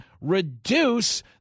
reduce